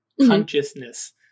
consciousness